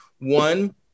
One